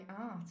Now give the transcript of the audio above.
art